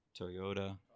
Toyota